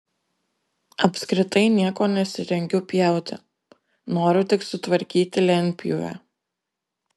apskritai nieko nesirengiu pjauti noriu tik sutvarkyti lentpjūvę